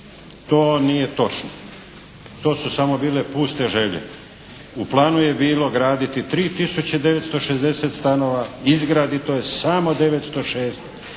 To nije točno. To su samo bile puste želje. U planu je bilo graditi 3960 stanova. Izradito je samo 906.